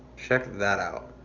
check that out.